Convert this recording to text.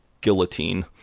guillotine